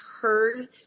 heard